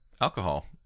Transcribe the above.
alcohol